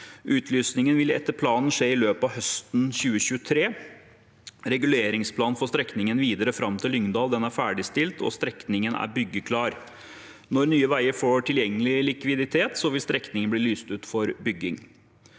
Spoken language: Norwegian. Utlysningen vil etter planen skje i løpet av høsten 2023. Reguleringsplanen for strekningen videre fram til Lyngdal er ferdigstilt, og strekningen er byggeklar. Når Nye veier får tilgjengelig likviditet, vil strekningen bli lyst ut for bygging.